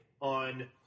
on